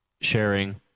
sharing